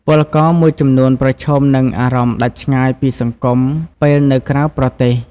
ពលករមួយចំនួនប្រឈមមុខនឹងអារម្មណ៍ដាច់ឆ្ងាយពីសង្គមពេលនៅក្រៅប្រទេស។